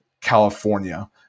California